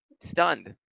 stunned